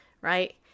right